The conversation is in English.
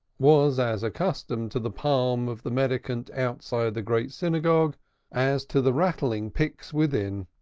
was as accustomed to the palm of the mendicant outside the great synagogue as to the rattling pyx within.